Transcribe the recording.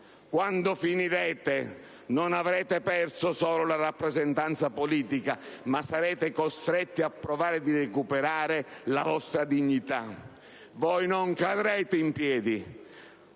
Quando finirete non avrete perso solo la rappresentanza politica, ma sarete costretti a provare a recuperare la vostra dignità. Voi non cadrete in piedi,